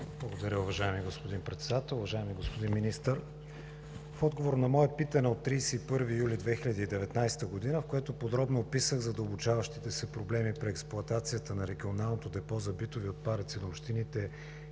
Благодаря Ви, уважаеми господин Председател. Уважаеми господин Министър, в отговор на мое питане от 31 юли 2019 г., в което подробно описах задълбочаващите се проблеми при експлоатацията на Регионалното депо за битови отпадъци на общините